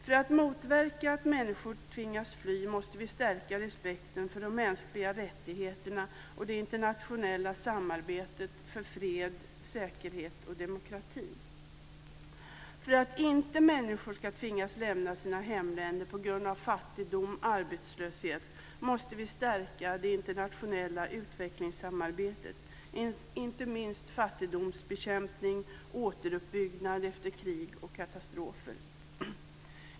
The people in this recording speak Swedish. För att motverka att människor tvingas att fly måste vi stärka respekten för de mänskliga rättigheterna och det internationella samarbetet för fred, säkerhet och demokrati. För att människor inte ska tvingas att lämna sina hemländer på grund av fattigdom och arbetslöshet måste vi stärka det internationella utvecklingssamarbetet, inte minst fattigdomsbekämpning och återuppbyggnad efter krig och katastrofer.